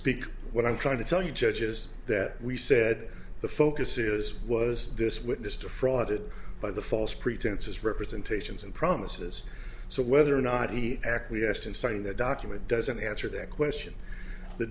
speak what i'm trying to tell you judge is that we said the focus is was this witness to fraud by the false pretenses representations and promises so whether or not he acquiesced and signed the document doesn't answer that question the